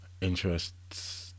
interests